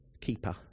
keeper